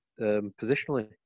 positionally